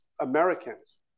Americans